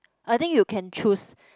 I think you can choose